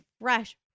fresh